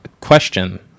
question